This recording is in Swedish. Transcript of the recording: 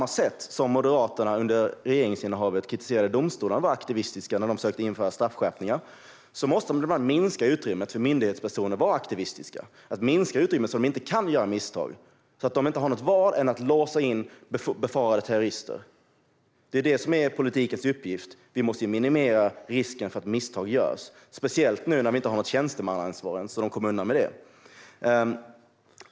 Men precis som Moderaterna under sitt regeringsinnehav kritiserade domstolarna för att vara aktivistiska när de försökte införa straffskärpningar måste vi nu minska utrymmet för myndighetspersoner att vara aktivistiska så att de inte kan göra misstag och inte har något annat val än att låsa in möjliga terrorister. Det är detta som är politikens uppgift. Vi måste minimera risken för att misstag görs, speciellt nu när vi inte ens har något tjänstemannaansvar så att de kommer undan med det.